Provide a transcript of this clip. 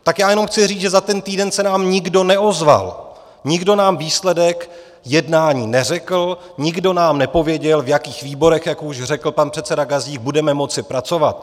Tak já jenom chci říct, že za ten týden se nám nikdo neozval, nikdo nám výsledek jednání neřekl, nikdo nám nepověděl, v jakých výborech, jak už řekl pan předseda Gazdík, budeme moci pracovat.